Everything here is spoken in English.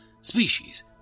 Species